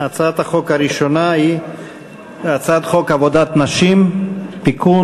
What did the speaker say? הצעת החוק הראשונה היא הצעת חוק עבודת נשים (תיקון,